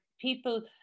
people